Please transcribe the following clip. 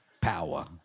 power